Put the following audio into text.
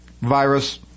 virus